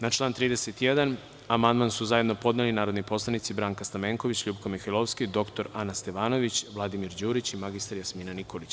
Na član 31. amandman su zajedno podneli narodni poslanici Branka Stamenković, LJupka Mihajlovska, dr Ana Stevanović, Vladimir Đurić i mr Jasmina Nikolić.